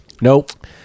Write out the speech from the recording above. Nope